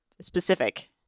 specific